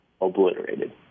obliterated